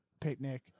picnic